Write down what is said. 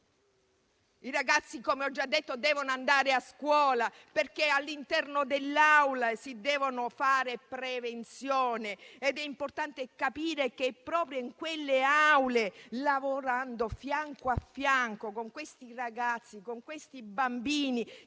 I ragazzi, come ho già detto, devono andare a scuola, perché all'interno dell'aula si deve fare prevenzione ed è importante capire che proprio in quelle aule, lavorando fianco a fianco con questi ragazzi e bambini